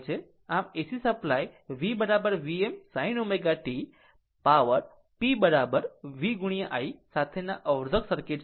આમ AC supply V Vm sin ω t power p v i સાથેના અવરોધક circuit માટે